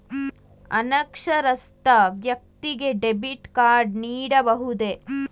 ಅನಕ್ಷರಸ್ಥ ವ್ಯಕ್ತಿಗೆ debit card ನೀಡಬಹುದೇ?